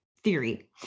theory